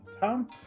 town